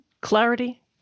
clarity